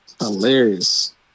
Hilarious